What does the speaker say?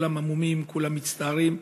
כולם המומים, כולם מצטערים,